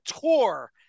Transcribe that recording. tour